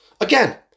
Again